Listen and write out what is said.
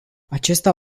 acesta